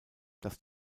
dass